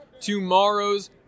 tomorrow's